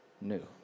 new